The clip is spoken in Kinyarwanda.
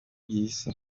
isi